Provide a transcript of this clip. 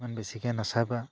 ইমান বেছিকৈ নাচাবা